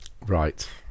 Right